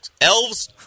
Elves